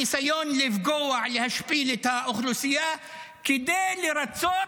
ניסיון לפגוע, להשפיל את האוכלוסייה כדי לרצות